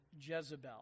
Jezebel